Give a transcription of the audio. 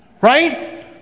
Right